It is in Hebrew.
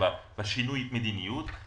שינוי המדיניות.